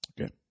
Okay